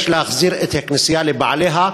יש להחזיר את הכנסייה לבעליה,